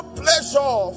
pleasure